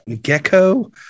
Gecko